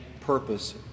purpose